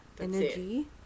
energy